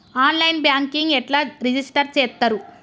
On line banking ఎట్లా register చేత్తరు?